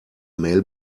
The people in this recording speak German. mail